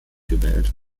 gewählt